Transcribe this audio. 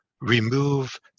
remove